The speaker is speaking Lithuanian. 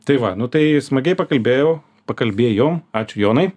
tai va nu tai smagiai pakalbėjau pakalbėjom ačiū jonai